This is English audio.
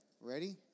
Ready